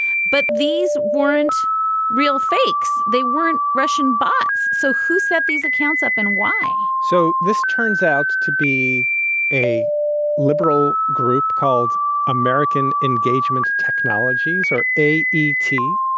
but these weren't real fakes. they weren't russian bots. so who set these accounts up and why? so this turns out to be a liberal group called american engagement technologies or a it?